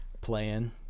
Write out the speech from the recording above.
playing